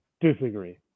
disagree